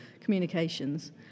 communications